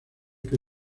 que